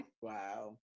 Wow